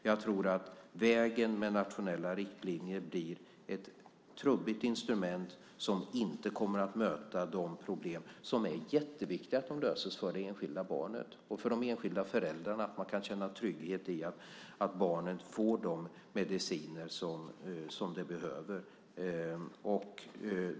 Jag tror att nationella riktlinjer blir ett trubbigt instrument som inte kommer att möta de problem som är jätteviktiga att de löses för det enskilda barnet och för de enskilda föräldrarna, så att de kan känna trygghet i att barnet får de mediciner som det behöver.